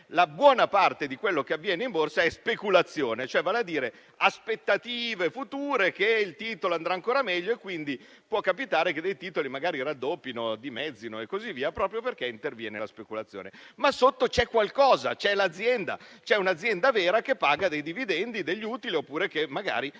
la buona parte di quello che avviene in borsa è speculazione, cioè vale a dire aspettative future che il titolo andrà ancora meglio e quindi può capitare che dei titoli magari raddoppino o dimezzino il proprio valore, proprio perché interviene la speculazione. Ma sotto c'è qualcosa: c'è l'azienda, c'è un'azienda vera che paga dei dividendi, degli utili, oppure che fa perdite.